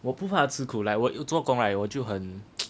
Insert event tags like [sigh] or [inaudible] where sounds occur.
我不怕吃苦 like 我有做工 right 我就很 [noise]